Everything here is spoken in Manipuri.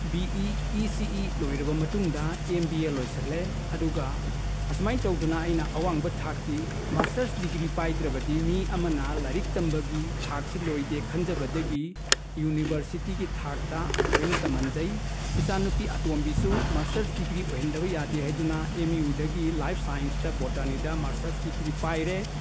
B E E C E ꯂꯣꯏꯔꯕ ꯃꯇꯨꯡꯗ ꯑꯦꯝ ꯕꯤ ꯑꯦ ꯂꯣꯏꯁꯜꯂꯦ ꯑꯗꯨꯒ ꯑꯁꯨꯃꯥꯏꯅ ꯇꯧꯗꯨꯅ ꯑꯩꯅ ꯑꯋꯥꯡꯕ ꯊꯥꯛꯀꯤ ꯃꯔꯁꯇꯔꯁ ꯗꯤꯒ꯭ꯔꯤ ꯄꯥꯏꯗ꯭ꯔꯕꯗꯤ ꯃꯤ ꯑꯃꯅ ꯂꯥꯏꯔꯤꯛ ꯇꯝꯕꯒꯤ ꯊꯥꯛꯁꯤ ꯂꯣꯏꯗꯦ ꯈꯟꯖꯕꯗꯒꯤ ꯌꯨꯅꯤꯕꯔꯁꯤꯇꯤꯒꯤ ꯊꯥꯛꯇ ꯂꯣꯏꯅ ꯇꯝꯍꯟꯖꯩ ꯏꯆꯥꯅꯨꯄꯤ ꯑꯇꯣꯟꯕꯤꯁꯨ ꯃꯔꯁꯇꯔꯁ ꯗꯤꯒ꯭ꯔꯤ ꯑꯣꯏꯍꯟꯗꯕ ꯌꯥꯗꯦ ꯍꯥꯏꯗꯨꯅ ꯑꯦꯝ ꯌꯨꯗꯒꯤ ꯂꯥꯏꯞ ꯁꯥꯏꯟꯁꯇ ꯕꯣꯇꯥꯅꯤꯗ ꯃꯥꯁꯇꯔꯁ ꯗꯤꯒ꯭ꯔꯤ ꯄꯥꯏꯔꯦ